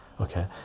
okay